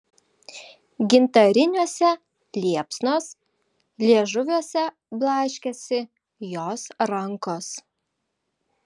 gintariniuose liepsnos liežuviuose blaškėsi jos rankos